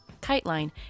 KiteLine